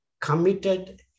committed